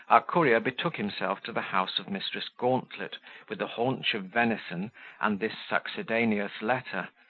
our courier betook himself to the house of mrs. gauntlet with the haunch of venison and this succedaneous letter,